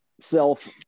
self